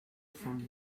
fang